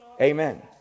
Amen